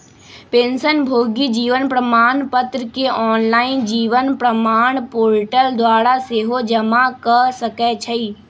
पेंशनभोगी जीवन प्रमाण पत्र के ऑनलाइन जीवन प्रमाण पोर्टल द्वारा सेहो जमा कऽ सकै छइ